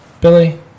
Billy